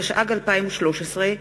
התשע"ג 2013,